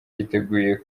yiteguye